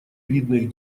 видных